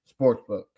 Sportsbook